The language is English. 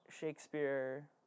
Shakespeare